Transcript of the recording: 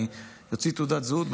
אני אוציא תעודת זהות.